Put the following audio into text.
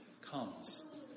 comes